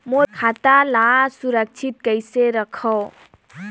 मोर bank खाता ला सुरक्षित कइसे रखव?